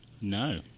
No